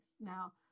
Now